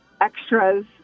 extras